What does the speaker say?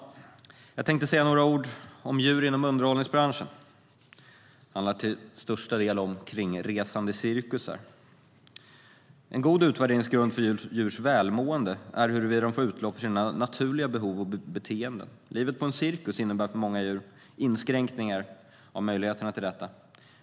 Jag tänkte säga några ord om djur inom underhållningsbranschen. Det handlar till största delen om kringresande cirkusar. En god utvärderingsgrund för djurs välmående är huruvida de får utlopp för sina naturliga behov och beteenden. Livet på en cirkus innebär för många djur inskränkningar av möjligheterna till detta.